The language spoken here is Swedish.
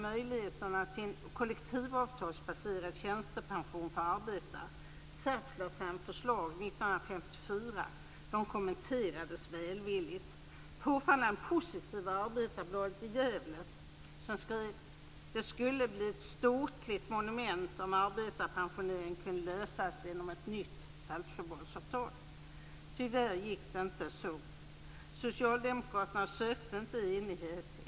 SAF lade år 1954 fram förslag som kommenterades välvilligt. Påfallande positivt var Arbetarbladet i Gävle som skrev att "det skulle bli ett ståtligt monument om arbetarpensioneringen kunde lösas genom ett nytt Saltsjöbadsavtal". Tyvärr gick det inte så. Socialdemokraterna sökte inte enighet.